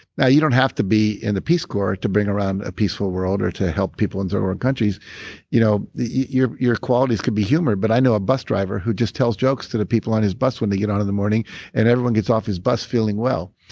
now, you don't have to be in the peace corps to bring around a peaceful world or to help people in third world countries you know your your qualities could be humor, but i know a bus driver who just tells jokes to the people on his bus when they get on in the morning and everyone gets off his bus feeling well.